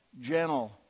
gentle